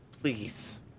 please